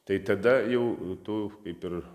tai tada jau tu kaip ir